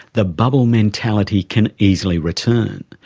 the bubble mentality can easily return.